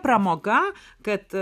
pramoga kad